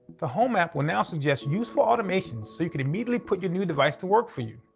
the home app will now suggest useful automations so you can immediately put your new device to work for you.